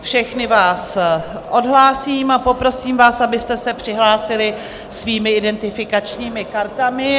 Všechny vás odhlásím a poprosím vás, abyste se přihlásili svými identifikačními kartami.